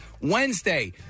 Wednesday